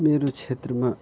मेरो क्षेत्रमा